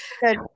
Good